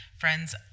Friends